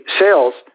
sales